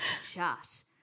chat